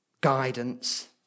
Guidance